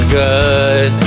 good